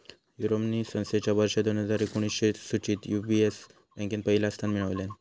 Euromoney संस्थेच्या वर्ष दोन हजार एकोणीसच्या सुचीत यू.बी.एस बँकेन पहिला स्थान मिळवल्यान